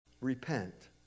Repent